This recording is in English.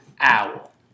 owl